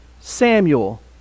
Samuel